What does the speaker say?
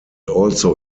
also